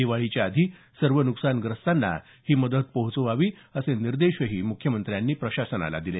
दिवाळीच्या आधी सर्व न्कसानग्रस्तांना ही मदत पोहोचवावी असे निर्देशही मुख्यमंत्र्यांनी प्रशासनाला दिले